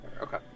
okay